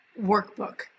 workbook